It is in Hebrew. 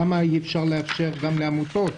למה אי-אפשר לאפשר גם לעמותות?